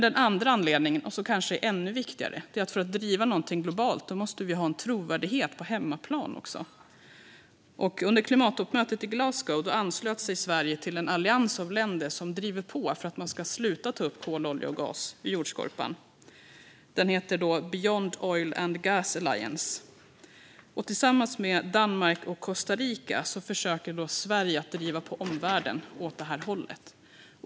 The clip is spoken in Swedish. Den andra anledningen, som kanske är ännu viktigare, är att för att driva någonting globalt måste vi ha en trovärdighet på hemmaplan. Under klimattoppmötet i Glasgow anslöt sig Sverige till en allians av länder som driver på för att sluta ta upp kol, olja och gas ur jordskorpan - Beyond Oil & Gas Alliance. Tillsammans med länder som Danmark och Costa Rica försöker Sverige driva på omvärlden åt det här hållet.